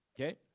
Okay